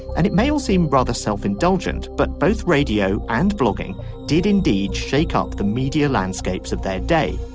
and it may well seem rather self-indulgent. but both radio and blogging did indeed shake up the media landscapes of their day.